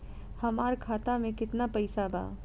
हमार खाता में केतना पैसा बा?